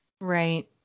right